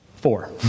four